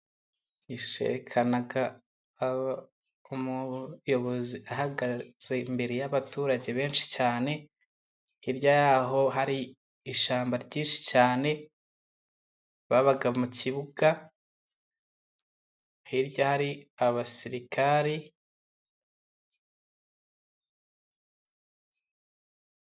Ishusho yerekana umuyobozi ahagaze imbere y'abaturage benshi cyane, hirya y'aho hari ishyamba ryinshi cyane. Babaga mu kibuga, hirya hari abasirikare.